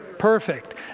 perfect